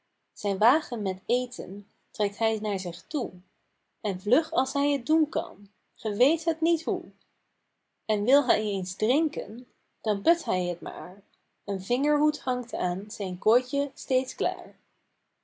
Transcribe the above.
zijn wagen met eten trekt hij naar zich toe en vlug als hij t doen kan ge weet het niet hoe en wil hij eens drinken dan put hij het maar een vingerhoed hangt aan zijn kooitje steeds klaar